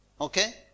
Okay